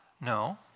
No